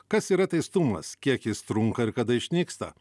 kas yra teistumas kiek jis trunka ir kada išnyksta